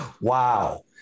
Wow